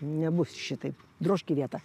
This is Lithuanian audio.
nebus šitaip drožk į vietą